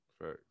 right